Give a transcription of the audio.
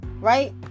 right